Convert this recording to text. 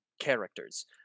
characters